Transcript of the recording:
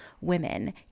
women